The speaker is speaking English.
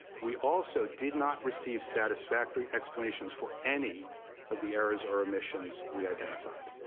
we also did not receive satisfactory explanations for any of the errors or omissions we identified.